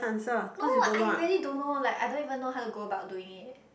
no I really don't know like I don't even know how to go about doing it